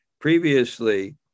Previously